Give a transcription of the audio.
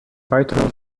weiteren